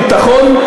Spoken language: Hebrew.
ביטחון,